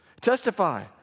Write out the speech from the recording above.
Testify